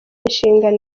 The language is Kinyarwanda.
inshingano